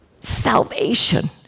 salvation